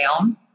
down